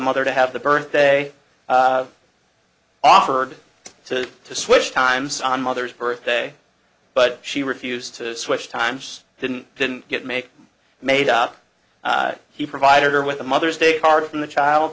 mother to have the birthday offered to to switch times on mother's birthday but she refused to switch times didn't didn't get make made out he provided her with a mother's day card from the child